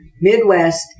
Midwest